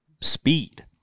speed